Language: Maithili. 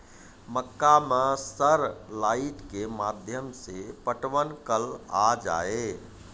मक्का मैं सर लाइट के माध्यम से पटवन कल आ जाए?